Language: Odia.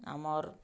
ଆମର୍